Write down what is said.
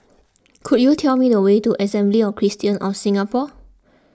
could you tell me the way to Assembly of Christians of Singapore